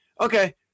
okay